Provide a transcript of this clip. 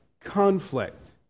conflict